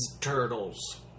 Turtles